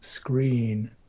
screen